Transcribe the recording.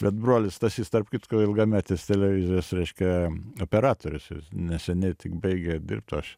bet brolis stasys tarp kitko ilgametis televizijos reiškia operatorius jis neseniai tik baigė dirbt aš